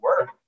work